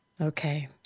Okay